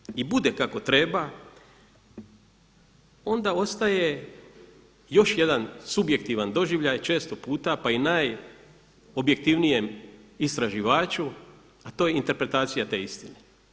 Ako sve to i bude kako treba, onda ostaje još jedan subjektivan doživljaj često puta pa i najobjektivnijem istraživaču a to je interpretacija te istine.